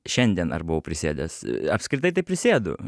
šiandien aš buvau prisėdęs apskritai tai prisėdu